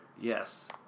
Yes